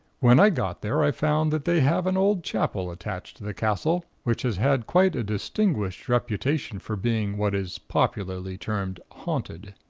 when i got there, i found that they have an old chapel attached to the castle which has had quite a distinguished reputation for being what is popularly termed haunted.